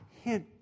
hint